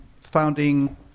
founding